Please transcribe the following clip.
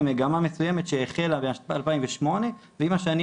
עדים למגמה מסוימת שהחלה ב-2008 ועם השנים,